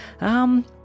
Um